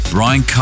Brian